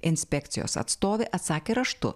inspekcijos atstovė atsakė raštu